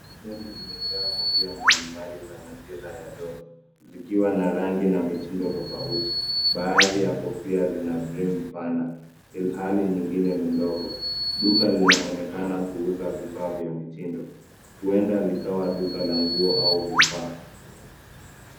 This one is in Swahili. Stendi imejaa kofia mbalimbali za majira ya joto zikiwa na rangi na mitindo tofauti. Baadhi ya kofia zina brim pana ilhali nyingine ni ndogo. Duka linaonekana kuuza vifaa vya mitindo, huenda likawa duka la nguo au vifaa.